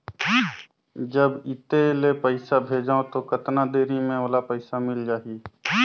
जब इत्ते ले पइसा भेजवं तो कतना देरी मे ओला पइसा मिल जाही?